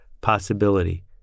possibility